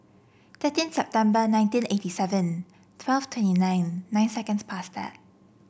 thirteen September nineteen eighty seven twelve twenty nine nine seconds past